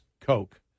Coke